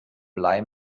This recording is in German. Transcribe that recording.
blei